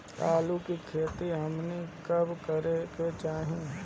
आलू की खेती हमनी के कब करें के चाही?